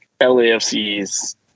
LAFC's